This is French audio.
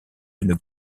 une